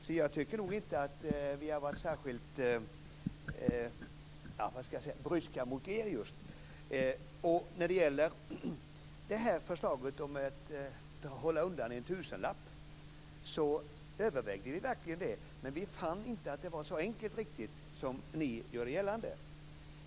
Så jag tycker nog inte att vi har varit särskilt bryska mot just er. Det här förslaget om att hålla undan en tusenlapp övervägde vi verkligen. Men vi fann inte att det var riktigt så enkelt som ni gör gällande.